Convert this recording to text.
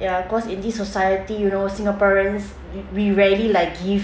ya cause in this society you know singaporeans we rarely like give